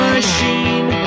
Machine